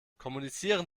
kommunizieren